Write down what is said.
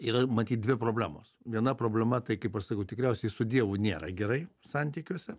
yra matyt dvi problemos viena problema tai kaip aš sakau tikriausiai su dievu nėra gerai santykiuose